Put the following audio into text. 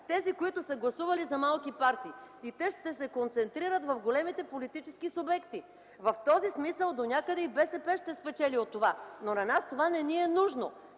тези, които са гласували за малки партии, и те ще се концентрират в големите политически субекти. В този смисъл донякъде и БСП ще спечели от това, но на нас това не ни е нужно.